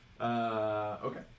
okay